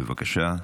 בבקשה.